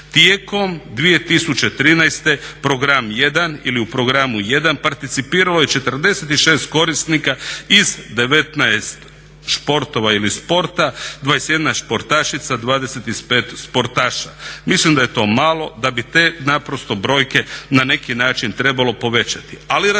Tijekom 2013. u programu 1 participiralo je 46 korisnika iz 19 športova ili sporta, 21 sportašica, 25 sportaša. Mislim da je to malo da bi te naprosto brojke na neki način trebalo povećati.